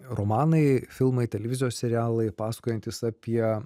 romanai filmai televizijos serialai pasakojantys apie